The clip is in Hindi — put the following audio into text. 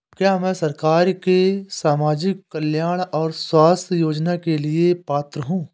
क्या मैं सरकार के सामाजिक कल्याण और स्वास्थ्य योजना के लिए पात्र हूं?